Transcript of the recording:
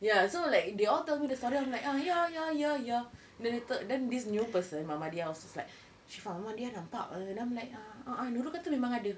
ya so like they all tell me the story I'm like ah ya ya ya ya and then later this new person mama dia was like she found one yet and I'm like uh uh nurul kata memang ada